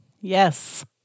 Yes